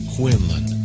Quinlan